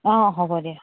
অঁ হ'ব দিয়া